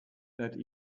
that